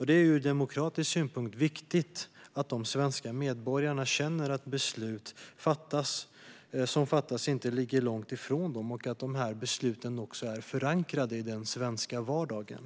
Det är ur demokratisk synpunkt viktigt att de svenska medborgarna känner att beslut som fattas inte ligger långt från dem och att besluten är förankrade i den svenska vardagen.